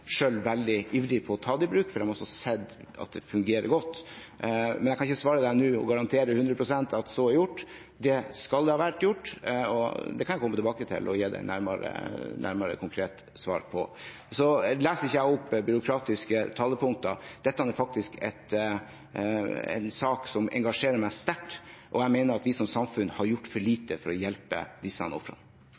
veldig ivrig etter å ta det i bruk, for man har sett at det fungerer godt, men jeg kan ikke svare nå og garantere 100 pst. at så er gjort. Det skal ha vært gjort, og jeg kan komme tilbake og gi et mer konkret svar på det. Jeg leser ikke opp byråkratiske talepunkter. Dette er faktisk en sak som engasjerer meg sterkt, og jeg mener at vi som samfunn har gjort for lite for å hjelpe disse ofrene.